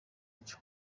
byo